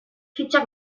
fitxak